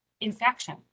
infection